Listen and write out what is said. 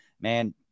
man